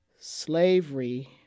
slavery